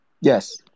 Yes